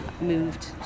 moved